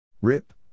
Rip